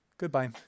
Goodbye